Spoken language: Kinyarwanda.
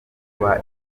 kuba